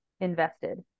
invested